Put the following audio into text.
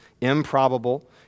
improbable